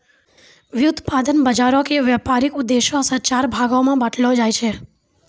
व्युत्पादन बजारो के व्यपारिक उद्देश्यो से चार भागो मे बांटलो जाय छै